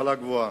להשכלה הגבוהה.